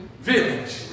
village